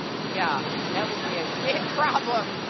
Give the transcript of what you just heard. yeah, that would be a big problem.